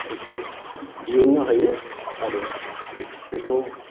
बेखौ दिहुननो हायो आरो बेखौ